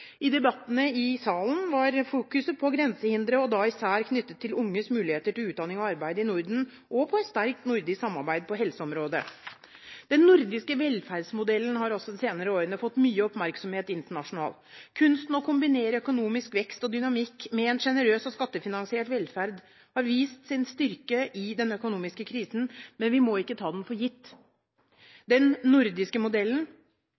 I debattene i salen var fokuset på grensehindre – da især knyttet til unges muligheter til utdanning og arbeid i Norden – og på et sterkt nordisk samarbeid på helseområdet. Den nordiske velferdsmodellen har også de seneste årene fått mye oppmerksomhet internasjonalt. Kunsten å kombinere økonomisk vekst og dynamikk med en sjenerøs og skattefinansiert velferd har vist sin styrke i den økonomiske krisen, men vi må ikke ta den for gitt. Den nordiske modellen